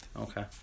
Okay